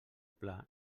pla